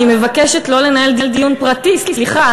אני מבקשת לא לנהל דיון פרטי, סליחה.